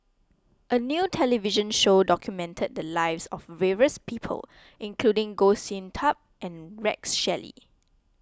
a new television show documented the lives of various people including Goh Sin Tub and Rex Shelley